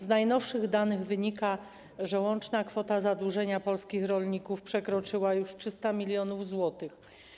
Z najnowszych danych wynika, że łączna kwota zadłużenia polskich rolników przekroczyła już 300 mln zł.